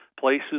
places